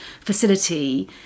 facility